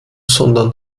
sondern